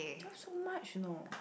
it drop so much you know